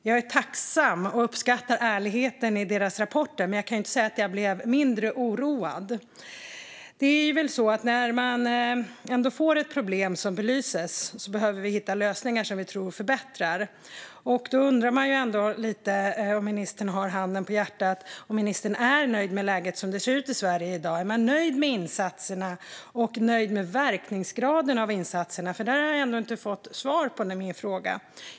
Jag är tacksam och uppskattar ärligheten i deras rapporter, men jag kan inte säga att jag blev mindre oroad. När ett problem belyses behöver vi hitta lösningar som vi tror förbättrar det hela. Jag undrar om ministern - handen på hjärtat - är nöjd med läget i Sverige i dag? Är man nöjd med insatserna och med verkningsgraden av insatserna? Den frågan har jag inte fått svar på.